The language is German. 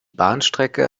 bahnstrecke